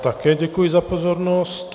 Také děkuji za pozornost.